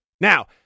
Now